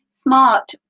SMART